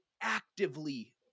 actively